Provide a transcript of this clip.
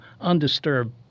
undisturbed